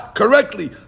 correctly